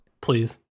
please